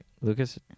Lucas